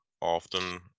often